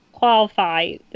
qualify